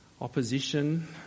opposition